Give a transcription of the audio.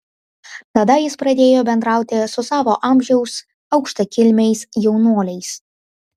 tada jis pradėjo bendrauti su savo amžiaus aukštakilmiais jaunuoliais